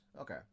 Okay